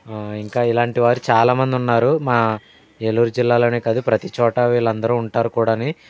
ఇంకా ఇలాంటి వారు చాలా మంది ఉన్నారు మా ఏలూరు జిల్లాలోనే కాదు ప్రతి చోట వీళ్ళందరూ ఉంటారు కూడాని